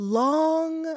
long